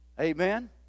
Amen